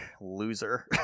Loser